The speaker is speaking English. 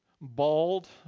bald